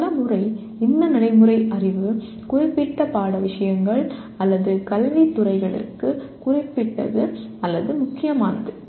பல முறை இந்த நடைமுறை அறிவு குறிப்பிட்ட பாட விஷயங்கள் அல்லது கல்வித் துறைகளுக்கு குறிப்பிட்டது அல்லது முக்கியமானது